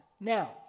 now